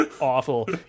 awful